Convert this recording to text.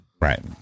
right